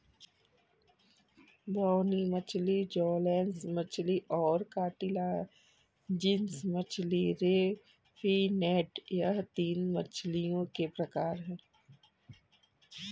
बोनी मछली जौलेस मछली और कार्टिलाजिनस मछली रे फिनेड यह तीन मछलियों के प्रकार है